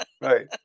right